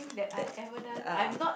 that uh